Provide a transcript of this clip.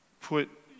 put